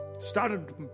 started